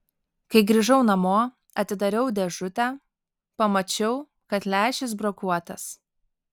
kai grįžau namo atidariau dėžutę pamačiau kad lęšis brokuotas